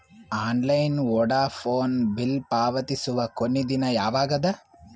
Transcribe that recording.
Online Vodafone bill ಪಾವತಿಸುವ ಕೊನಿ ದಿನ ಯವಾಗ ಅದ?